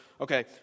Okay